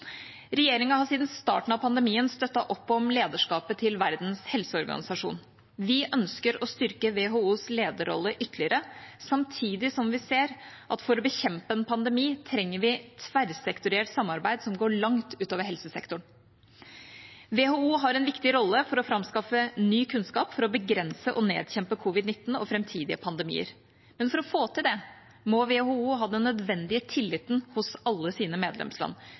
har siden starten av pandemien støttet opp om lederskapet til Verdens helseorganisasjon, WHO. Vi ønsker å styrke WHOs lederrolle ytterligere, samtidig som vi ser at for å bekjempe en pandemi trenger vi tverrsektorielt samarbeid som går langt utover helsesektoren. WHO har en viktig rolle for å framskaffe ny kunnskap for å begrense og nedkjempe covid-19 og framtidige pandemier. For å få til det må WHO ha den nødvendige tilliten hos alle sine medlemsland.